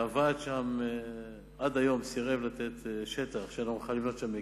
הוועד שם סירב עד היום לתת שטח כדי שנוכל לבנות שם מקווה.